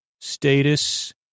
Status